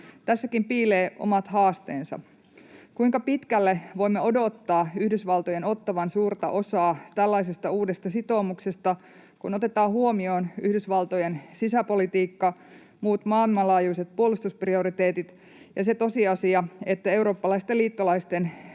Tässäkin piilee omat haasteensa. Kuinka pitkälle voimme odottaa Yhdysvaltojen ottavan suurta osaa tällaisesta uudesta sitoumuksesta, kun otetaan huomioon Yhdysvaltojen sisäpolitiikka, muut maailmanlaajuiset puolustusprioriteetit ja se tosiasia, että eurooppalaisten liittolaisten